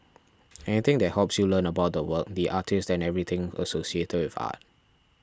anything that helps you learn about the work the artist and everything associated with art